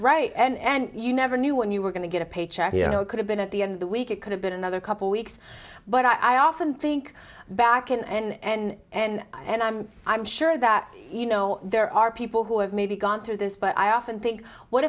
right and you never knew when you were going to get a paycheck you know it could have been at the end of the week it could have been another couple weeks but i often think back and and and i'm i'm sure that you know there are people who have maybe gone through this but i often think what